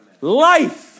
Life